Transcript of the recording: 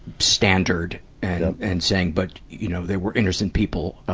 standard and saying, but, you know, there were innocent people,